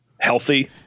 healthy